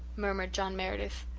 murmured john meredith.